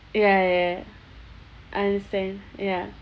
ya ya ya I understand ya